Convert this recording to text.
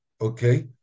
okay